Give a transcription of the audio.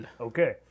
Okay